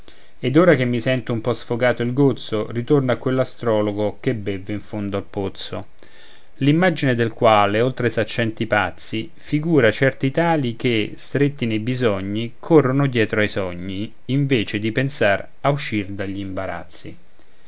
ed ora che mi sento un po sfogato il gozzo ritorno a quell'astrologo che beve in fondo al pozzo l'immagine del quale oltre ai saccenti pazzi figura certi tali che stretti nei bisogni corrono dietro ai sogni invece di pensare a uscir dagli imbarazzi